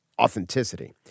Authenticity